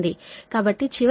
కాబట్టి చివరికి ఇది 53